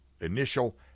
initial